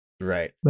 Right